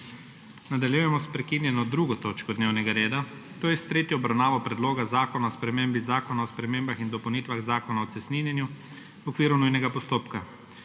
**Nadaljujemo s prekinjeno 2. točko dnevnega reda, to je s tretjo obravnavo Predloga zakona o spremembi Zakona o spremembah in dopolnitvah Zakona o cestninjenju v okviru nujnega postopka.**